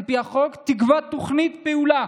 על פי החוק, תקבע תוכנית פעולה